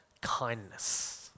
kindness